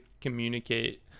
communicate